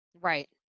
Right